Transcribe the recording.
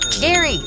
Gary